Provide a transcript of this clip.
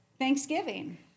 Thanksgiving